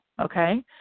okay